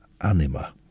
Anima